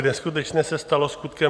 Neskutečné se stalo skutkem.